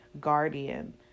guardian